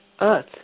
earth